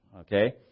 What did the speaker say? okay